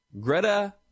Greta